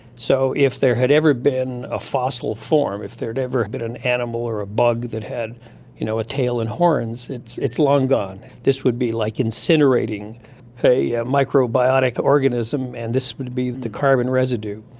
so if there had ever been a fossil form, if there had ever been an animal or a bug that had you know a tail and horns, it's it's long gone. this would be like incinerating a microbiotic organism and this would be the carbon residue.